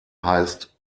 heißt